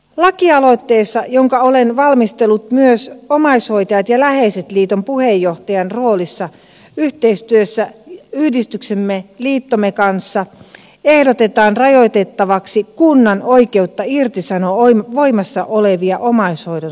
lakialoitteessa jonka olen valmistellut myös omaishoitajat ja läheiset liiton puheenjohtajan roolissa yhteistyössä liittomme kanssa ehdotetaan rajoitettavaksi kunnan oikeutta irtisanoa voimassa olevia omaishoidon sopimuksia